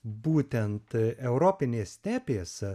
būtent europinės stepės